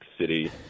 City